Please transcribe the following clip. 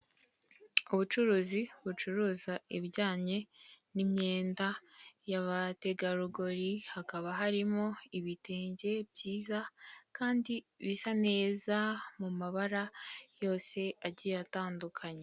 Ubucuruzi bucuruza ibijyanye n'imyenda yabategarugori hakaba harimo ibitenge byiza kandi bisa neza mu mabara yose agiye atandukanye.